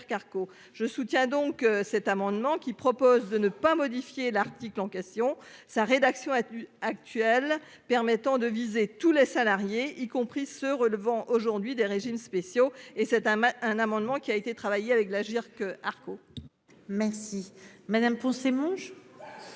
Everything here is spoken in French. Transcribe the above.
Je soutiens donc cet amendement qui propose de ne pas modifier l'article en question sa rédaction a tenu. Permettant de viser tous les salariés, y compris ceux relevant aujourd'hui des régimes spéciaux et c'est un, un, un amendement qui a été travaillé avec l'Agirc Arrco.